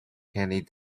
candy